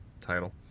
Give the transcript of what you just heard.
title